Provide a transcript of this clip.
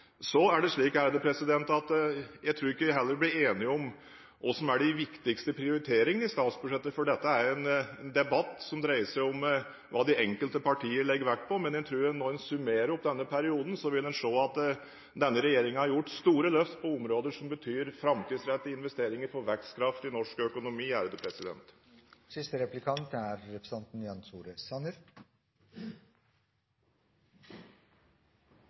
statsbudsjettet, for dette er en debatt som dreier seg om hva de enkelte partier legger vekt på. Men jeg tror at når en summerer opp denne perioden, vil en se at denne regjeringen har gjort store løft på områder som betyr framtidsrettede investeringer for vekstkraft i norsk økonomi.